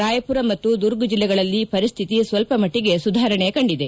ರಾಯಮರ ಮತ್ತು ದುರ್ಗ್ ಜಿಲ್ಲೆಗಳಲ್ಲಿ ಪರಿಸ್ಥಿತಿ ಸ್ವಲ್ಪಮಟ್ಟಿಗೆ ಸುಧಾರಣೆ ಕಂಡಿದೆ